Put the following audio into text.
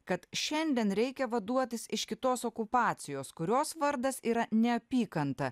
kad šiandien reikia vaduotis iš kitos okupacijos kurios vardas yra neapykanta